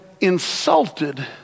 insulted